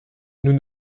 nous